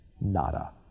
nada